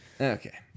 Okay